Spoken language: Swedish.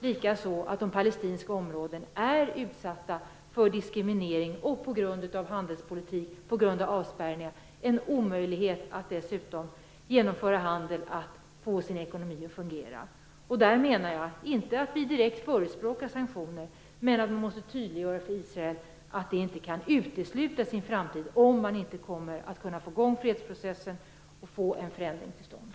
Likaså är de palestinska områdena utsatta för diskriminering. På grund av handelspolitik och avspärrningar är det en omöjlighet att genomföra handel och få sin ekonomi att fungera. Jag menar inte att vi direkt skall förespråka sanktioner, men vi måste tydliggöra för Israel att de i en framtid inte kan uteslutas, om man inte får i gång fredsprocessen och får till stånd en förändring.